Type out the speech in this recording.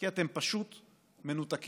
כי אתם פשוט מנותקים.